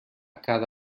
cada